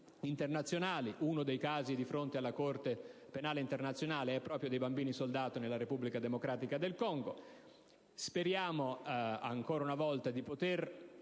internazionali: uno dei casi di fronte alla Corte penale internazionale riguarda proprio i bambini-soldato nella Repubblica Democratica del Congo. Speriamo ancora una volta di